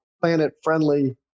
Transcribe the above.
planet-friendly